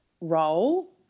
role